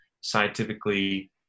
scientifically